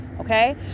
Okay